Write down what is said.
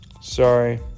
sorry